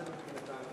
בצדק מבחינתם,